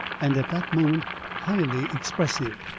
and at that moment highly expressive,